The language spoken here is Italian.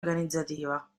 organizzativa